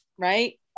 Right